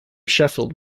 sheffield